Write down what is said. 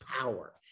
power